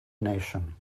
nation